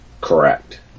Correct